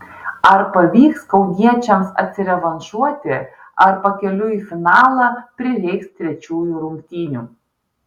ar pavyks kauniečiams atsirevanšuoti ar pakeliui į finalą prireiks trečiųjų rungtynių